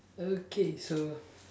okay so